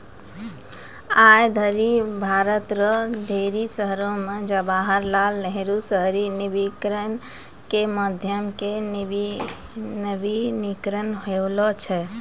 आय धरि भारत रो ढेरी शहरो मे जवाहर लाल नेहरू शहरी नवीनीकरण रो माध्यम से नवीनीकरण होलौ छै